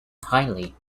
highly